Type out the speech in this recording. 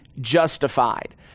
justified